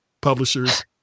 publishers